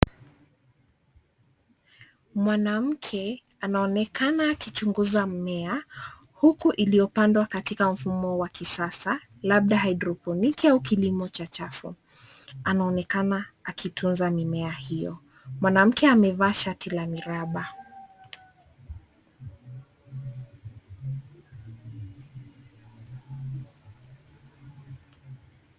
Mwanamke anaonekana akichunguza mmea huku iliyopandwa katika mfumo wa kisasa labda hydroponic au kilimo cha chafu. Anaonekana akitunza mimea hiyo. Mwanamke amevaa shati la miraba.